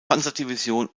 panzerdivision